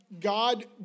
God